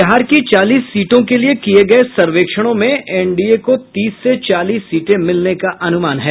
बिहार की चालीस सीटों के लिये किये गये सर्वेक्षणों में एनडीए को तीस से चालीस सीटें मिलने का अनुमान है